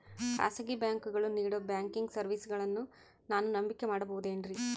ಖಾಸಗಿ ಬ್ಯಾಂಕುಗಳು ನೇಡೋ ಬ್ಯಾಂಕಿಗ್ ಸರ್ವೇಸಗಳನ್ನು ನಾನು ನಂಬಿಕೆ ಮಾಡಬಹುದೇನ್ರಿ?